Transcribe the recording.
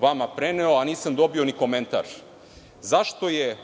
vama preneo, a nisam dobio ni komentar. Zašto je